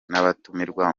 n’abatumirwa